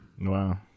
Wow